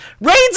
rain's